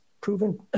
proven